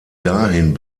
dahin